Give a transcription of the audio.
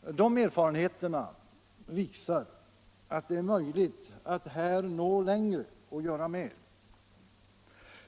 De erfarenheterna visar att det är möjligt att här göra mer och nå längre.